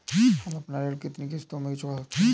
हम अपना ऋण कितनी किश्तों में चुका सकते हैं?